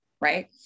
Right